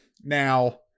Now